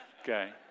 okay